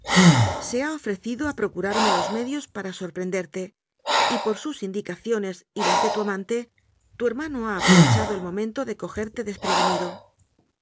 se ha ofrecido a pro curarme los medios para sorprenderte y por sus indicaciones y las de tu amante tu hermano ha aprovechado el momento de cogerte desprevenido